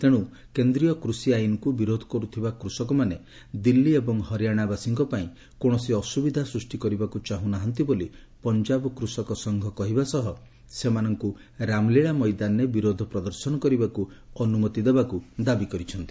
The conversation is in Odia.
ତେଣୁ କେନ୍ଦ୍ରୀୟ କୃଷି ଆଇନକୁ ବିରୋଧ କରୁଥିବା କୃଷକମାନେ ଦିଲ୍ଲୀ ଏବଂ ହରିୟାଣା ବାସୀଙ୍କ ପାଇଁ କୌଣସି ଅସୁବିଧା ସୃଷ୍ଟି କରିବାକୁ ଚାହୁଁ ନାହାନ୍ତି ବୋଲି ପଞ୍ଜାବ କୃଷକ ସଂଘ କହିବା ସହ ସେମାନଙ୍କୁ ରାମଲୀଳା ମଇଦାନରେ ବିରୋଧ ପ୍ରଦର୍ଶନ କରିବାକୁ ଅନୁମତି ଦେବାକୁ ସେମାନେ ଦାବି କରିଛନ୍ତି